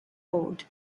ford